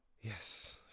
yes